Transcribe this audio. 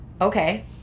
Okay